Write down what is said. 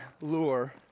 Lure